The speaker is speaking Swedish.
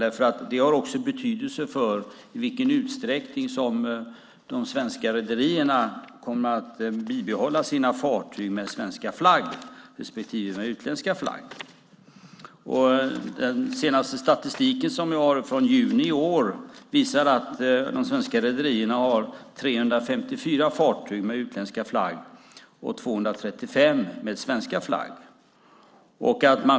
Det har också betydelse för i vilken utsträckning som de svenska rederierna kommer att bibehålla sina fartyg med svensk flagg respektive utländsk flagg. Den senaste statistiken som vi har, från juni i år, visar att de svenska rederierna har 354 fartyg med utländsk flagg och 235 med svensk flagg.